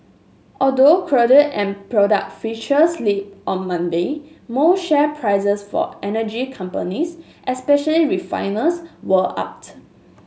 although crude and product futures slipped on Monday most share prices for energy companies especially refiners were up